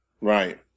Right